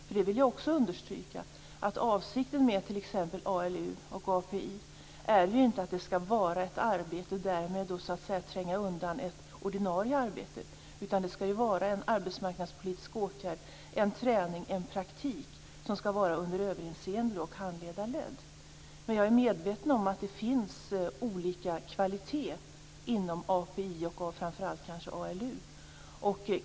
Jag vill understryka att avsikten med t.ex. ALU och API ju inte är att det skall vara ett arbete och därmed tränga undan ett ordinarie arbete. Det skall vara en arbetmarknadspolitisk åtgärd, en träning och en praktik, som skall vara under överinseende och handledarledd. Men jag är medveten om att det finns olika kvalitet inom API och framför allt kanske ALU.